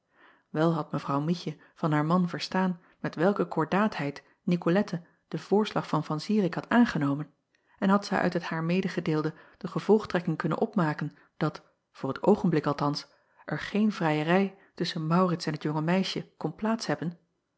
el had evrouw ietje van haar man verstaan met welke kordaatheid icolette den voorslag van an irik had aangenomen en had zij uit het haar medegedeelde de gevolgtrekking kunnen opmaken dat voor t oogenblik althans er geen vrijerij tusschen aurits en het jonge meisje kon plaats hebben